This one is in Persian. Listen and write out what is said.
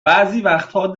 وقتها